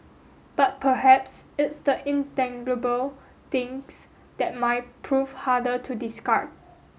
but perhaps it's the intangible things that might prove harder to discard